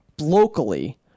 locally